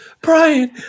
Brian